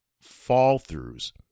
fall-throughs